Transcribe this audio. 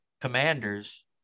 commanders